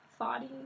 thoughty